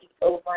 over